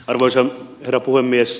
arvoisa herra puhemies